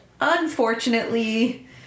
Unfortunately